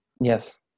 Yes